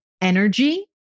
energy